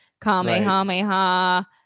Kamehameha